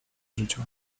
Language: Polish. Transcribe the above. życiu